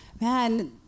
man